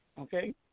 Okay